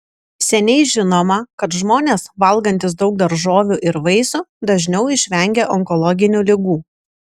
seniai žinoma kad žmonės valgantys daug daržovių ir vaisių dažniau išvengia onkologinių ligų